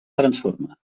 transforma